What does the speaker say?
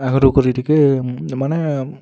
ଆଗ୍ରୁ କରି ଟିକେ ମାନେ